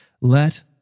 Let